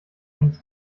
eines